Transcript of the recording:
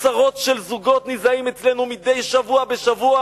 עשרות של זוגות נישאים אצלנו מדי שבוע בשבוע